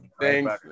thanks